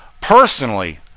personally